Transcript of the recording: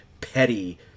petty